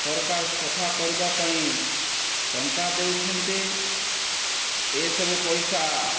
ସରକାର ସଫା କରିବା ପାଇଁ ଟଙ୍କା ଦେଉଛନ୍ତି ଏସବୁ ପଇସା